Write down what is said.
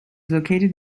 located